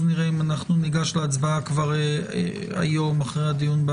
נראה אם ניגש להצבעה כבר היום אחרי הדיון.